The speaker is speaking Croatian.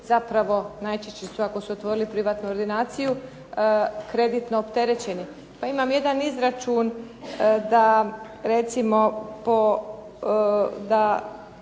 zapravo najčešće ako su otvorili privatnu ordinaciju kreditno opterećeni. Pa imam jedan izračun da recimo po